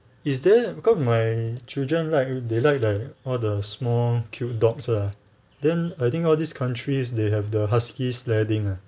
is there because my children like they like the all the small cute dog lah then I think all these countries they have the husky sledding ah